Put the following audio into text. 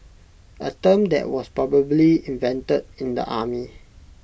A term that was probably invented in the army